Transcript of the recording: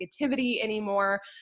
anymore